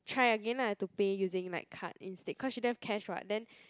try again lah to pay using like card instead cause she don't have cash [what] then